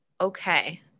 Okay